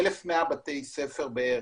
1,100 בתי ספר בערך.